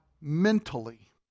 mentally